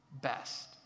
best